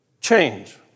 change